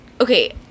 okay